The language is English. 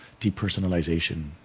depersonalization